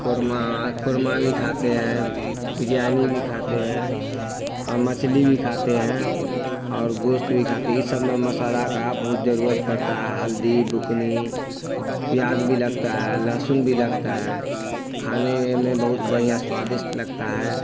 قورمہ قورمہ بھی کھاتے ہیں بریانی بھی کھاتے ہیں اور مچھلی بھی کھاتے ہیں اور گوشت بھی کھاتے ہیں اس سب میں مصالحہ کا بہت ضرورت پڑتا ہے ہلدی بکنی پیاز بھی لگتا ہے لہسن بھی لگتا ہے کھانے میں بہت بڑھیا سوادشٹ لگتا ہے